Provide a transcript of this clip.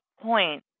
point